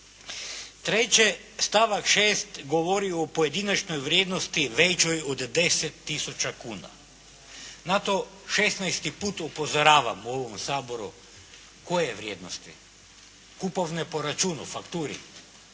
Treće, stavak 6. govori o pojedinačnoj vrijednosti većoj od 10 tisuća kuna. Na to šesnaesti put upozoravam u ovom Saboru - Koje vrijednosti? Kupovne po računu, fakturi,